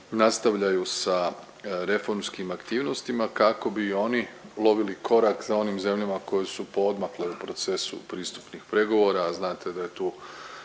nastavljaju sa reformskim aktivnostima kako bi i oni lovili korak sa onim zemljama koje su poodmakle u procesu pristupnih pregovora, a znate da je tu